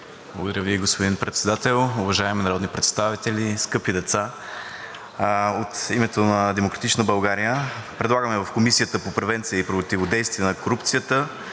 Благодаря Ви, господин Председател. Уважаеми народни представители, скъпи деца! От името на „Демократична България“ предлагаме в Комисията по превенция и противодействие на корупцията